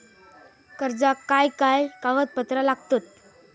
कर्जाक काय काय कागदपत्रा लागतत?